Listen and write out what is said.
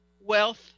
wealth